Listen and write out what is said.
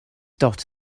dot